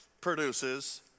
produces